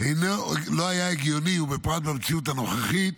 לא היה הגיוני, בפרט במציאות הנוכחית,